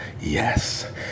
Yes